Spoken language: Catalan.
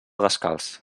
descalç